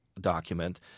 document